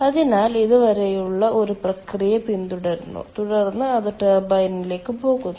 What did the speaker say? അതിനാൽ ഇത് വരെയുള്ള ഒരു പ്രക്രിയ പിന്തുടരുന്നു തുടർന്ന് അത് ടർബൈനിലേക്ക് പോകുന്നു